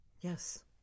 Yes